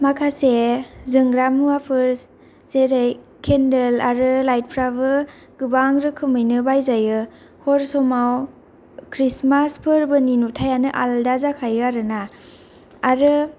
माखासे जोंग्रा मुवाफोर जेरै केन्देल आरो लाइटफ्राबो गोबां रोखोमै नो बायजायो हर सयाव क्रिस्टमासफोरनि नुथायानो आलदा जाखायो आरो ना आरो